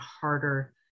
harder